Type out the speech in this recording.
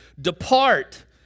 depart